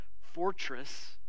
fortress